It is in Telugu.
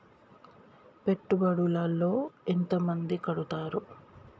పెట్టుబడుల లో ఎంత మంది కడుతరు?